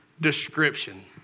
description